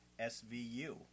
SVU